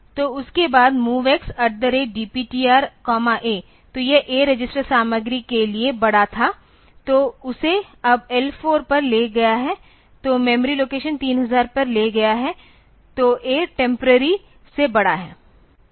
तो उसके बाद MOVX DPTR A तो यह A रजिस्टर सामग्री के लिए बड़ा था तो उसे अब L4 पर ले गया है को मेमोरी लोकेशन 3000 पर ले गया है तो A टेम्पररी से बड़ा है